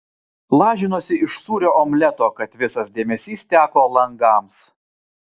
lažinuosi iš sūrio omleto kad visas dėmesys teko langams